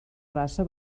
raça